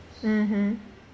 mmhmm